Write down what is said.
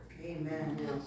Amen